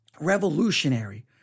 revolutionary